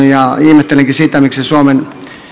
ja ihmettelenkin sitä miksi suomen